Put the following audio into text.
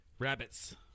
Rabbits